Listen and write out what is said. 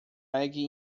reggae